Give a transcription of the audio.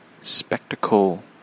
spectacle